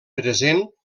present